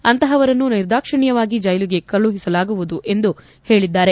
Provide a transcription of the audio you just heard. ಅಂತಹವರನ್ನು ನಿರ್ದಾಕ್ಷಣ್ಯವಾಗಿ ಜೈಲಿಗೆ ಕಳುಹಿಸಲಾಗುವುದು ಎಂದು ಹೇಳಿದ್ದಾರೆ